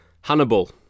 Hannibal